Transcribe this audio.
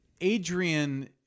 Adrian